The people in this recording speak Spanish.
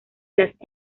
las